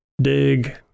dig